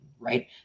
Right